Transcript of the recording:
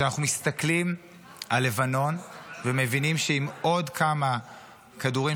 כשאנחנו מסתכלים על לבנון ומבינים שעם עוד כמה כדורים